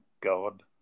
God